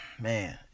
Man